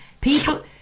People